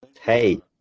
Hey